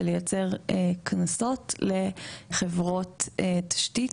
של לייצר קנסות לחברות תשתית,